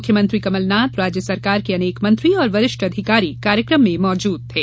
मुख्यमंत्री कमलनाथ राज्य सरकार के अनेक मंत्री और वरिष्ठ अधिकारी कार्यक्रम में मौजूद थे